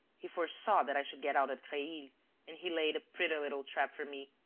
he foresaw that i should get out at creil and he laid a pretty little trap for me,